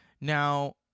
Now